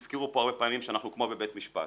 הזכירו פה הרבה פעמים שאנחנו כמו בבית משפט.